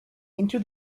into